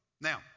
Now